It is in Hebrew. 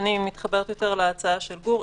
אני מתחברת יותר להצעה של גור,